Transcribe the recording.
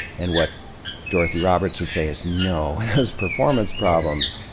and what dorothy roberts would say is, no. those performance problems,